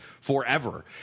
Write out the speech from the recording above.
forever